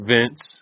Vince